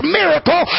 miracle